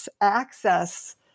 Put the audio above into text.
access